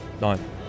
nine